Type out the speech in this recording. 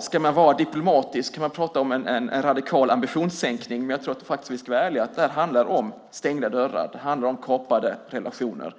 Ska man vara diplomatisk kan man prata om en radikal ambitionssänkning, men jag tror faktiskt att vi ska vara ärliga och säga att det här handlar om stängda dörrar. Det handlar om kapade relationer.